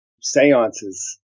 seances